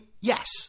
yes